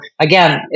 again